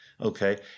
Okay